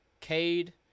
Cade